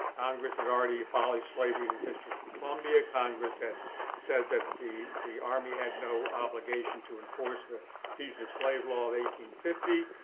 congress had already abolished slavery in the district of columbia. congress had said that the the army had no obligation to enforce the fugitive slave law of eighteen fifty.